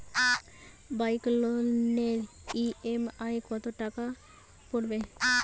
Bike লোনের EMI কত টাকা পড়বে?